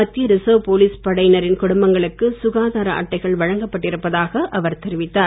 மத்திய reserve police படையினரின் குடும்பங்களுக்கு சுகாதார அட்டைகள் வழங்கப்பட்டிருப்பதாக அவர் தெரிவித்தார்